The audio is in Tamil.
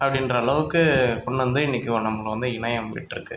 அப்படின்ற அளவுக்கு கொண்டு வந்து இன்றைக்கி நம்மளை வந்து இணையம் விட்டிருக்கு